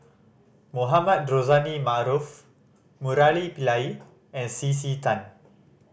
Mohamed Rozani Maarof Murali Pillai and C C Tan